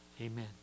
amen